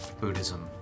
Buddhism